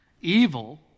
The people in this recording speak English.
evil